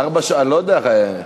בדרך.